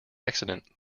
accident